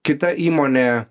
kita įmonė